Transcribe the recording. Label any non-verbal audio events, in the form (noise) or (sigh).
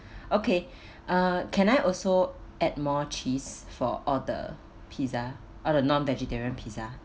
(breath) okay uh can I also add more cheese for all the pizza all the non vegetarian pizza